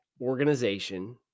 organization